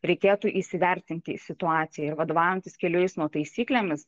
reikėtų įsivertinti situaciją ir vadovaujantis kelių eismo taisyklėmis